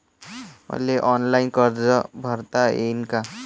मले ऑनलाईन कर्ज भरता येईन का?